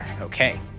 okay